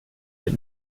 mit